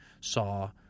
saw